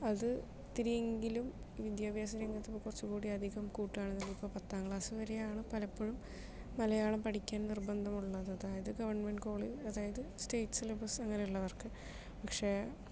അത് ഇത്തിരിയെങ്കിലും വിദ്യാഭ്യാസ രംഗത്തും കുറച്ചും കൂടി അധികം കൂട്ടാനെങ്കിൽ ഇപ്പോൾ പത്താം ക്ലാസ് വരെയാണ് പലപ്പോഴും മലയാളം പഠിക്കാൻ നിർബന്ധമുള്ളത് അതായത് ഗവൺമെൻറ് കോളേ അതായത് സ്റ്റേറ്റ് സിലബസ് അങ്ങനെയുള്ളവർക്ക് പക്ഷേ